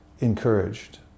encouraged